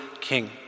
king